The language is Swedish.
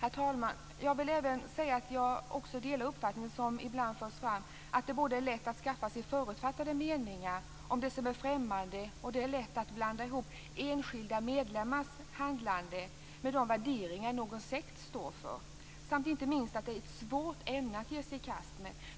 Herr talman! Jag vill även säga att jag delar den uppfattning som ibland förs fram om att det är lätt både att skaffa sig förutfattade meningar om det som är främmande och att blanda ihop enskilda medlemmars handlande med de värderingar som någon sekt står för samt att det inte minst är ett svårt ämne att ge sig i kast med.